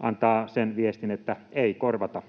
antaa sen viestin, että ei korvata,